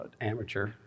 amateur